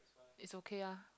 it's okay ah